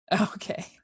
Okay